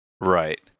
Right